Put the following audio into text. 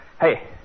Hey